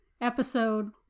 episode-